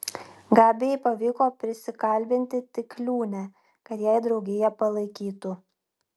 gabijai pavyko prisikalbinti tik liūnę kad jai draugiją palaikytų